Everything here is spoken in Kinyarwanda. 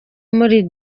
muri